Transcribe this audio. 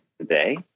today